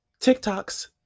TikToks